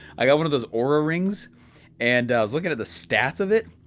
i got one of those aura rings and i was looking at the stats of it,